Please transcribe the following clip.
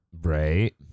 Right